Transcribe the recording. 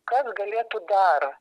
kas galėtų dar